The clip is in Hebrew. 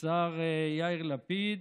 השר יאיר לפיד,